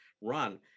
run